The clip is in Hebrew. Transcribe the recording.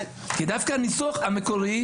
כי דווקא הניסוח המקורי,